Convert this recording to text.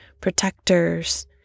protectors